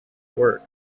work